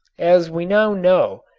as we now know,